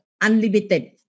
unlimited